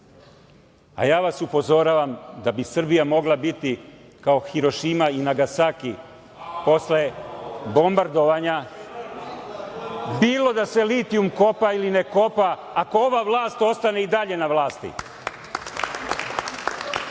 a ja vas upozoravam da bi Srbija mogla biti kao Hirošima i Nagasaki posle bombardovanja bilo da se litijum kopa ili ne kopa, ako ova vlast ostane i dalje na vlasti. Čuli